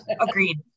agreed